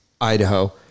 Idaho